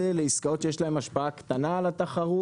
לעסקאות שיש להם השפעה קטנה על התחרות,